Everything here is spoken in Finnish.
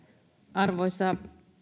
arvoisa